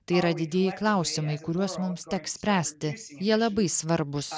tai yra didieji klausimai kuriuos mums teks spręsti jie labai svarbūs